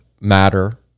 matter